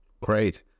Great